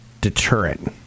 deterrent